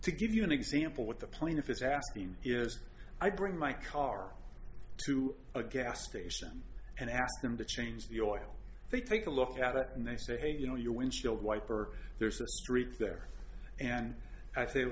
to give you an example with the plaintiff is asking is i bring my car to a gas station and ask them to change the oil they take a look at it and they say hey you know your windshield wiper there's a wreath there and i say